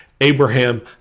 abraham